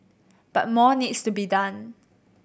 but more needs to be done